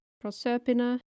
Proserpina